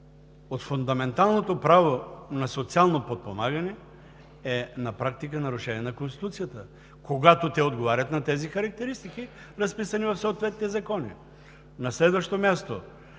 от фундаменталното право на социално подпомагане на практика е нарушение на Конституцията, когато те отговарят на характеристиките, разписани от съответните закони. На следващо място